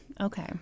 Okay